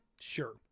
sure